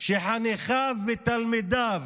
שחניכיו ותלמידיו